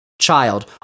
child